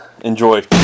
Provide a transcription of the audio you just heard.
Enjoy